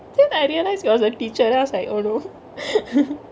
then I realized it was a teacher then I was like oh no